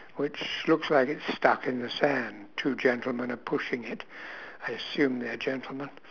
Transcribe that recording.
which looks like it's stuck in the sand two gentlemen are pushing it I assume they're gentlemen